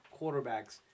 quarterbacks